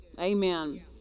Amen